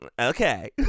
okay